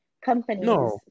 companies